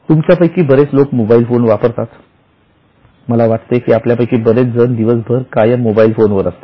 तुमच्यापैकी बरेच लोक मोबाईल फोन वापरतात मला वाटते की आपल्यापैकी बरेच जण दिवसभर कायम मोबाईल फोनवर असता